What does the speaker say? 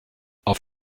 auf